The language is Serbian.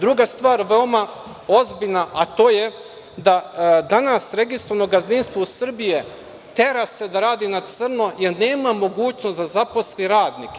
Druga stvar veoma ozbiljna, a to je da danas registrovano gazdinstvo uSrbiji tera se da radi na crno jer nema mogućnost da zaposli radnike.